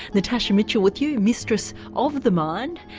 natasha mitchell with you mistress of the mind.